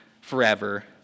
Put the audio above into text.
forever